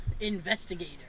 investigator